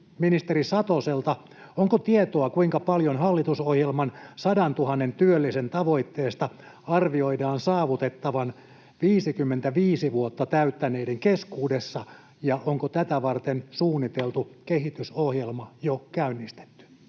ministeri Satoselta: onko tietoa, kuinka paljon hallitusohjelman sadantuhannen työllisen tavoitteesta arvioidaan saavutettavan 55 vuotta täyttäneiden keskuudessa, ja onko tätä varten suunniteltu kehitysohjelma jo käynnistetty?